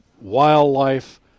wildlife